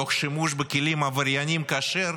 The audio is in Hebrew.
תוך שימוש בכלים עברייניים, כאשר